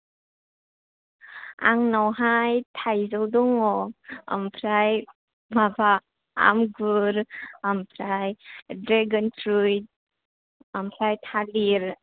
आंनावहाय थाइजौ दं ओमफ्राय माबा आंगुर ओमफ्राय द्रागन फ्रुथ ओमफ्राय थालिर